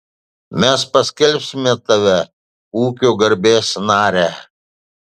mes paskelbsime tave ūkio garbės nare